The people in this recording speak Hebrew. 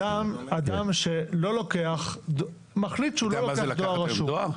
אדם מחליט שהוא לא לוקח דואר רשום.